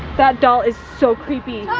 that doll is so creepy.